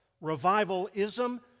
Revivalism